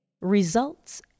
Results